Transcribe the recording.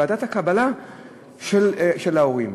ועדת הקבלה של ההורים.